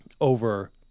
over